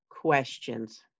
questions